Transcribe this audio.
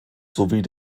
sowie